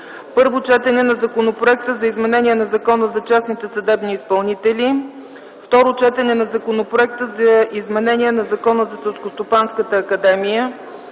Първо четене на Законопроекта за изменение на Закона за частните съдебни изпълнители. Второ четене на Законопроекта за изменение на Закона за Селскостопанската академия.